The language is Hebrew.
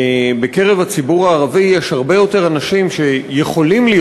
בקרב הציבור הערבי יש הרבה יותר אנשים שיכולים להיות